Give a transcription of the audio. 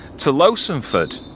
to lowsonford.